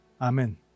Amen